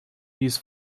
his